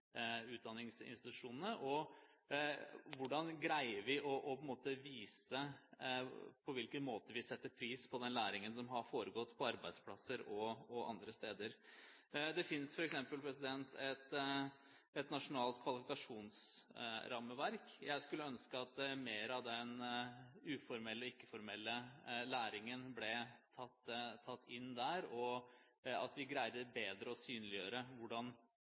Hvordan greier vi å vise på hvilken måte vi setter pris på den læringen som har foregått på arbeidsplasser og andre steder? Det finnes f.eks. et nasjonalt kvalifikasjonsrammeverk. Jeg skulle ønske at mer av den uformelle og ikke-formelle læringen ble tatt inn der, og at vi greier å synliggjøre bedre hvordan